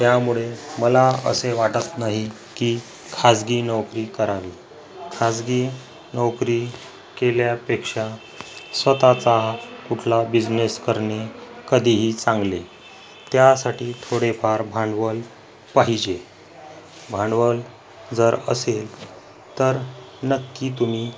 त्यामुळे मला असे वाटत नाही की खाजगी नोकरी करावी खाजगी नोकरी केल्यापेक्षा स्वतःचा कुठला बिझनेस करणे कधीही चांगले त्यासाठी थोडेफार भांडवल पाहिजे भांडवल जर असेल तर नक्की तुम्ही